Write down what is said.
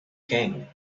king